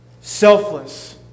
Selfless